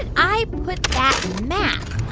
and i put that map?